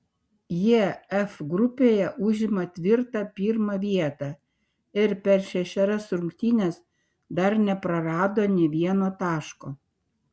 jie f grupėje užima tvirtą pirmą vietą ir per šešerias rungtynes dar neprarado nė vieno taško